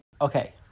Okay